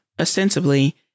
ostensibly